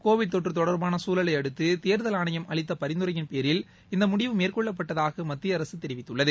Covid தொற்று தொடர்பான சூழலையடுத்து தேர்தல் ஆணையம் அளித்த பரிந்துரையின் பேரில் இந்த முடிவு மேற்கொள்ளப்பட்டுள்ளதாக மத்திய அரசு தெரிவித்துள்ளது